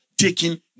taking